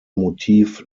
motiv